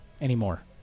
anymore